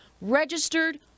registered